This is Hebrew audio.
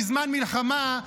בזמן מלחמה,